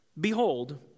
Behold